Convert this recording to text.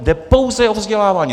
Jde pouze o vzdělávání.